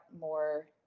more